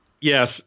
Yes